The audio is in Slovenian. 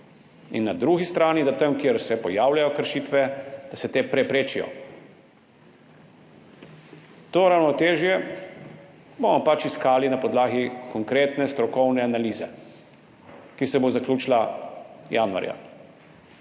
in na drugi strani, da se tam, kjer se pojavljajo kršitve, le-te preprečijo. To ravnotežje bomo pač iskali na podlagi konkretne strokovne analize, ki se bo zaključila januarja.